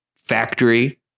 factory